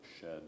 shed